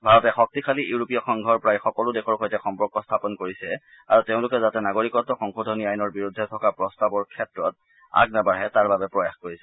ভাৰতে শক্তিশালী ইউৰোপীয় সংঘৰ প্ৰায় সকলো দেশৰ সৈতে সম্পৰ্ক স্থাপন কৰিছে আৰু তেওঁলোকে যাতে নাগৰিকত্ব সংশোধনী আইনৰ বিৰুদ্ধে থকা প্ৰস্তাৱৰ ক্ষেত্ৰত আগ নাবাঢ়ে তাৰ বাবে প্ৰয়াস কৰিছে